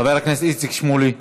חבר הכנסת איציק שמולי,